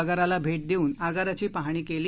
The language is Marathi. आगाराला भेट देवून आगाराची पाहणी केली